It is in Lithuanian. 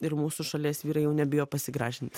ir mūsų šalies vyrai jau nebijo pasigražint